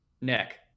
Neck